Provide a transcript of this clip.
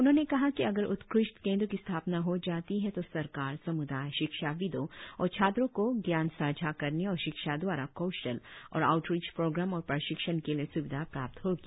उन्होंने कहा कि अगर उत्कृष्ट केंद्र की स्थापना हो जाती है तो सरकार सम्दाय शिक्षाविदों और छात्रों को ज्ञान सांझा करने और शिक्षा द्वारा कौशल और आऊटरिच प्रोग्राम और प्रशिक्षण के लिए स्विधा प्राप्त होगी